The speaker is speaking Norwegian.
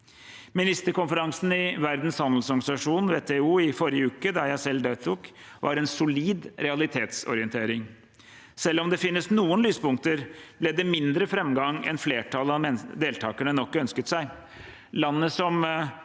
Ministerkonferansen i Verdens handelsorganisasjon, WTO, i forrige uke, der jeg selv deltok, var en solid realitetsorientering. Selv om det finnes noen lyspunkter, ble det mindre framgang enn flertallet av deltakerne nok ønsket seg.